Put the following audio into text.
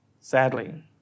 Sadly